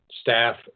staff